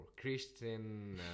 Christian